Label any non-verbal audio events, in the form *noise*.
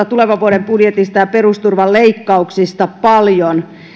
*unintelligible* tulevan vuoden budjetista ja perusturvan leikkauksista paljon